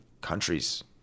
countries